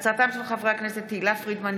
בהצעתם של חברי הכנסת תהלה פרידמן,